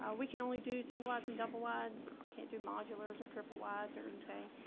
ah we can only do single eyes and double wides can't do modulars or triple wides or anything.